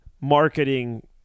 marketing